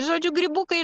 žodžiu grybukai